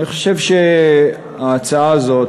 אני חושב שההצעה הזאת,